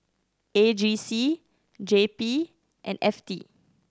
A G C J P and F T